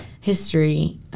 history